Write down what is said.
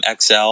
XL